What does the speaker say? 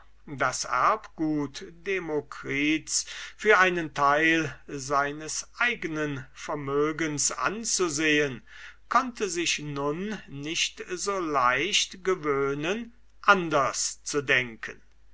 das erbgut des demokritus für einen teil seines eignen vermögens anzusehen konnte sich nun nicht so leicht gewöhnen anders zu denken